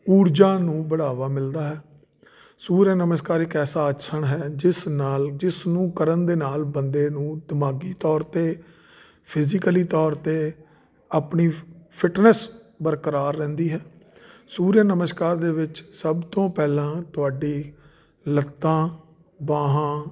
ਊਰਜਾ ਨੂੰ ਬੜਾਵਾ ਮਿਲਦਾ ਹੈ ਸੂਰਿਆ ਨਮਸਕਾਰ ਇੱਕ ਐਸਾ ਆਸਣ ਹੈ ਜਿਸ ਨਾਲ ਜਿਸ ਨੂੰ ਕਰਨ ਦੇ ਨਾਲ ਬੰਦੇ ਨੂੰ ਦਿਮਾਗੀ ਤੌਰ 'ਤੇ ਫਿਜੀਕਲੀ ਤੌਰ 'ਤੇ ਆਪਣੀ ਫਿਟਨੈਸ ਬਰਕਰਾਰ ਰਹਿੰਦੀ ਹੈ ਸੂਰਿਆ ਨਮਸਕਾਰ ਦੇ ਵਿੱਚ ਸਭ ਤੋਂ ਪਹਿਲਾਂ ਤੁਹਾਡੀ ਲੱਤਾਂ ਬਾਹਾਂ